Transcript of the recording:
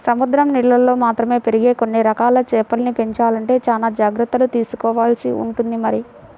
సముద్రం నీళ్ళల్లో మాత్రమే పెరిగే కొన్ని రకాల చేపల్ని పెంచాలంటే చానా జాగర్తలు తీసుకోవాల్సి ఉంటుంది మరి